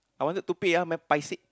I wanted to pay ah my paise~